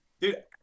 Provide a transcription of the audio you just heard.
dude